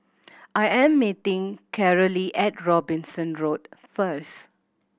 I am meeting Carolee at Robinson Road first